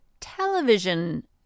television